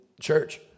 church